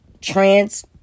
trans